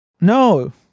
No